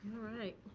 all right.